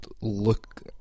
look